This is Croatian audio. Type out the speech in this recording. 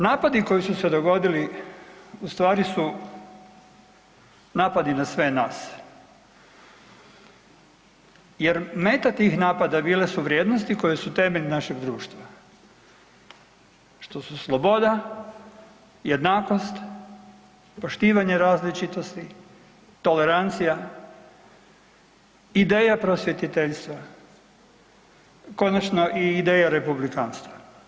Napadi koji su se dogodili u stvari su napadi na sve nas jer meta tih napada bile su vrijednosti koje su temelj našeg društva, što su sloboda, jednakost, poštivanje različitosti, tolerancija, ideja prosvjetiteljstva, konačno i ideja republikanstva.